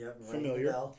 familiar